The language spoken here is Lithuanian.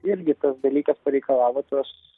irgi tas dalykas pareikalavo tos